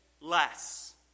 less